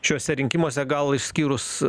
šiuose rinkimuose gal išskyrus